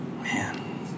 Man